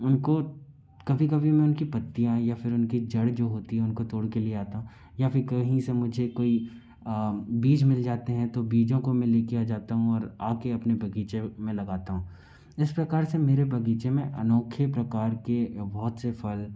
उनको कभी कभी मैं उनकी पत्तियाँ या फिर उनके जड़ जो होती हैं उनको तोड़ के ले आता हूँ या फिर कहीं से मुझे कोई बीज मिल जाते हैं तो बीजों को मैं ले के आ जाता हूँ और आके अपने बगीचे में लगाता हूँ इस प्रकार से मेरे बगीचे में अनोखे प्रकार के बहुत से फल